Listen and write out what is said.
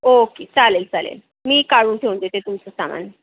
okay चालेल चालेल मी काढून ठेवते ते तुमचं सामान